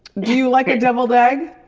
do you like a deviled egg?